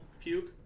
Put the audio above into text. puke